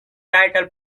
title